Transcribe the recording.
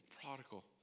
prodigal